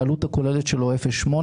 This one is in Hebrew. שהעלות הכוללת שלו היא 0.8%,